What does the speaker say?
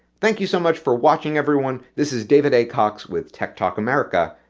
thank you so much for watching everyone. this is david a. cox with tech talk america.